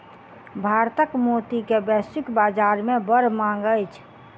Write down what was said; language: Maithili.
भारतक मोती के वैश्विक बाजार में बड़ मांग अछि